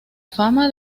fama